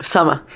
Summer